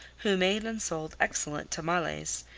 who made and sold excellent tamales,